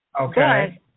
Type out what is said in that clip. Okay